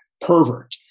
pervert